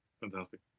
fantastic